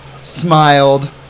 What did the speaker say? smiled